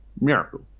Miracle